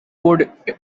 port